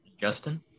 justin